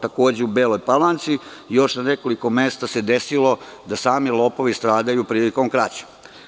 Takođe, u Beloj Palanci i u još nekoliko mesta se desilo da sami lopovi stradaju prilikom krađe.